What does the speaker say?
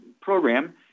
program